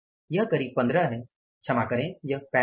यह करीब 15 है खेद है यह 35 है